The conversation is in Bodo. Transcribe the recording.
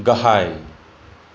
गाहाय